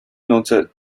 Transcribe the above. noted